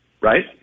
right